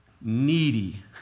needy